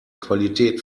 qualität